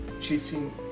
chasing